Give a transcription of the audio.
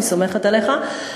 אני סומכת עליך,